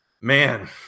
man